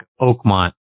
Oakmont